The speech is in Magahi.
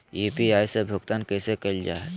यू.पी.आई से भुगतान कैसे कैल जहै?